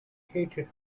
hated